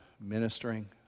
ministering